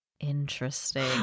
Interesting